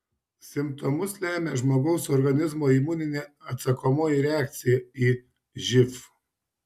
simptomus lemia žmogaus organizmo imuninė atsakomoji reakcija į živ